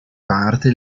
parti